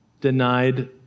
denied